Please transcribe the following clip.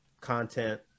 content